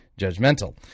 judgmental